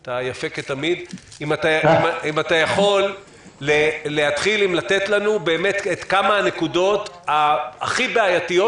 אתה יפה כתמיד אם אתה יכול לתת לנו את הנקודות הכי בעייתיות